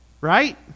right